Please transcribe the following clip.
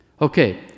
Okay